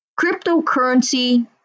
Cryptocurrency